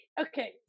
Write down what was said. okay